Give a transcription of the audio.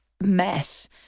mess